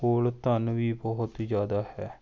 ਕੋਲ ਧਨ ਵੀ ਬਹੁਤ ਹੀ ਜ਼ਿਆਦਾ ਹੈ